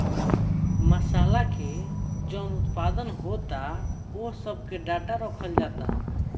मासाला के जवन उत्पादन होता ओह सब के डाटा रखल जाता